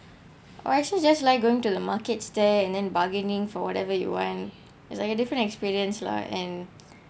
I actually just like going to the market there and then bargaining for whatever you it's like a different experience lah and